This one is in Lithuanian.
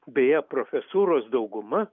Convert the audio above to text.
beje profesūros dauguma